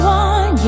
one